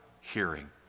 hearing